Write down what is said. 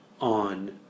on